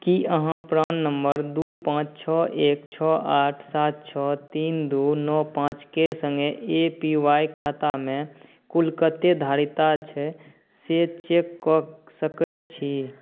की अहाँ प्राण नम्बर दू पाँच छओ एक छओ आठ सात छओ तीन दू नओ पाँचके सङ्गे ए पी वाइ खातामे कुल कते धारिता छै से चेक कऽ सकैत छी